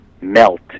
melt